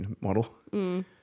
model –